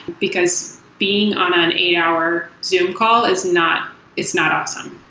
because being on an eight hour zoom call is not is not awesome.